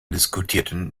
diskutierten